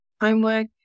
Homework